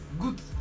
Good